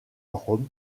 rome